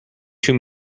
too